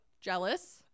jealous